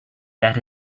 that